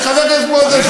חבר הכנסת מוזס,